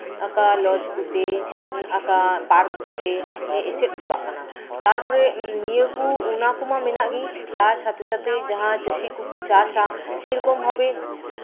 ᱟᱠᱟ ᱞᱚᱡ ᱠᱚᱛᱮ ᱟᱠᱟ ᱯᱟᱨᱠ ᱠᱚᱛᱮ ᱮᱥᱮᱫ ᱪᱟᱵᱟᱜ ᱟᱠᱟᱱᱟ ᱛᱟᱨᱯᱚᱨᱮ ᱱᱤᱭᱟᱹ ᱠᱚ ᱚᱱᱟ ᱠᱚᱢᱟ ᱢᱮᱱᱟᱜ ᱜᱮ ᱛᱟᱨ ᱥᱟᱛᱷᱮ ᱥᱟᱛᱷᱮ ᱪᱟᱹᱥᱤ ᱠᱚᱠᱚ ᱪᱟᱥᱼᱟ ᱥᱮᱭ ᱨᱚᱠᱚᱢ ᱵᱷᱟᱵᱮ